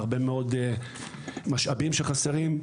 הרבה מאוד משאבים שחסרים.